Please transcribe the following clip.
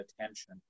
attention